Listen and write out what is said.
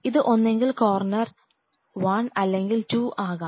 ഇത് ഒന്നെങ്കിൽ corner I 1 അല്ലെങ്കിൽ I 2 വിൽ ആകാം